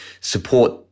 support